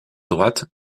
droite